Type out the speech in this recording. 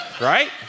right